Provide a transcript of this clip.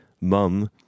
mum